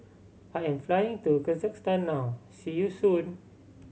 I am flying to Kyrgyzstan now see you soon